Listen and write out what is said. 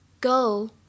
go